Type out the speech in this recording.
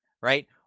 right